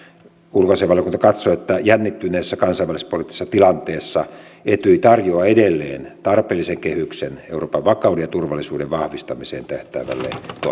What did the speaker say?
ulkoasiainvaliokunta katsoo että jännittyneessä kansainvälispoliittisessa tilanteessa etyj tarjoaa edelleen tarpeellisen kehyksen euroopan vakauden ja turvallisuuden vahvistamiseen tähtäävälle toiminnalle